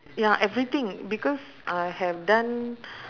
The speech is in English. ya everything because I have done